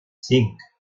cinc